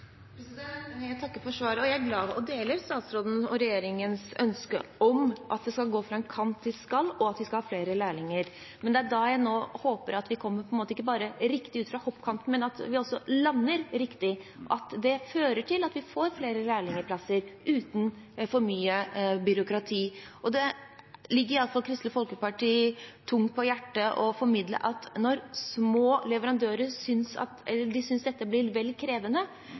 Jeg takker for svaret, og jeg deler statsråden og regjeringens ønske om at det skal gå fra kan til skal – at vi skal ha flere lærlinger. Det er nå jeg håper at vi ikke bare kommer riktig ut fra hoppkanten, men at vi også lander riktig, at det fører til at vi får flere lærlingplasser uten for mye byråkrati. Det ligger i alle fall Kristelig Folkeparti tungt på hjertet å formidle at små leverandører synes at dette blir vel krevende.